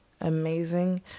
Amazing